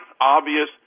obvious